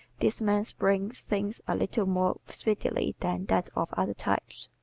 this man's brain thinks a little more speedily than that of other types.